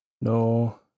no